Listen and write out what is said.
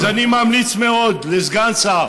אז אני ממליץ מאוד לסגן השר,